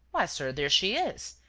why, sir, there she is.